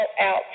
out